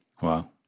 wow